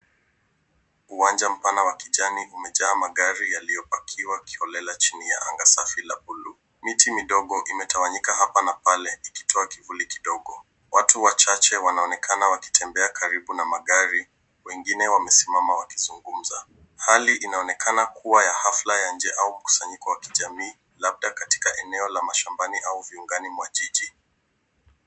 Uwanja mpana wa kijani umejaa magari yaliyopakiwa kiholela chini ya anga safi la buluu. Miti midogo imetawanyika hapa na pale ikitoa kivuli kidogo. Watu wachache wanaonekana wakitembea karibu na magari, wengine wamesimama wakizungumza. Hali inaonekana kuwa ya hafla ya nje au mkusanyiko wa kijamii labda katika eneo la mashambani au viungani mwa jiji.